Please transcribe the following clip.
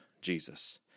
Jesus